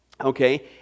Okay